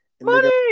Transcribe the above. Money